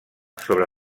sobre